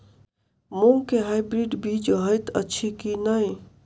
मूँग केँ हाइब्रिड बीज हएत अछि की नै?